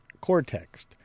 cortex